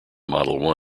model